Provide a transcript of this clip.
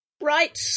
Right